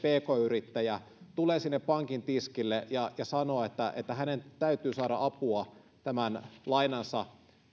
pk yrittäjä tulee sinne pankin tiskille ja ja sanoo että että hänen täytyy saada apua tämän lainansa